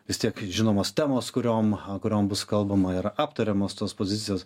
vis tiek žinomos temos kuriom kuriom bus kalbama ir aptariamos tos pozicijos